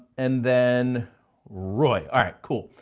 and then roy. alright, cool.